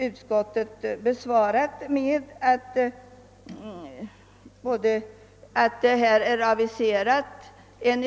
Utskottet framhåller att en utredning därvidlag har aviserats.